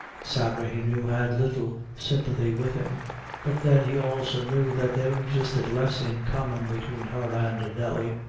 sarah, he knew, had little sympathy with him but then he also knew that there existed less in common between her and nelly.